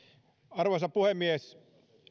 arvoisa puhemies